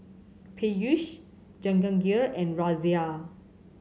Peyush Jahangir and Razia